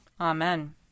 Amen